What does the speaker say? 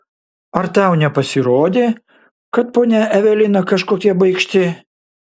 ar tau nepasirodė kad ponia evelina kažkokia baikšti